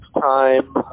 time